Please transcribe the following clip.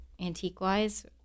antique-wise